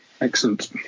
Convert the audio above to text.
Excellent